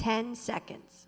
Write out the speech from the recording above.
ten seconds